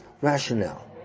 rationale